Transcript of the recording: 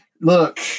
Look